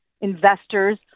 investors